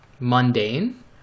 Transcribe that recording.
mundane